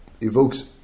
evokes